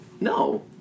No